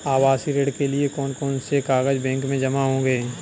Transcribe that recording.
आवासीय ऋण के लिए कौन कौन से कागज बैंक में जमा होंगे?